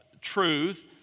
truth